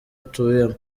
utuyemo